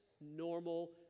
normal